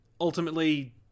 Ultimately